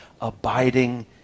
abiding